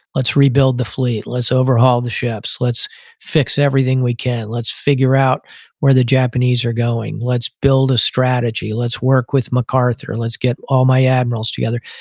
let's rebuild the fleet. let's overhaul the ships. let's fix everything we can. let's figure out where the japanese are going. let's build a strategy. let's work with macarthur. let's get all my admirals together.